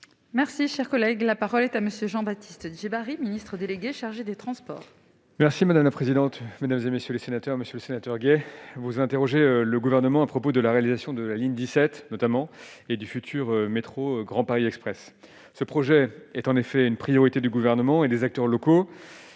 Merci, cher collègue, la parole est à monsieur Jean-Baptiste Djebbari, ministre délégué chargé des Transports. Merci madame la présidente, mesdames et messieurs les sénateurs, Monsieur le Sénateur gay vous interrogez le gouvernement à propos de la réalisation de la ligne 17 notamment, et du futur métro Grand Paris Express, ce projet est en effet une priorité du gouvernement et des acteurs locaux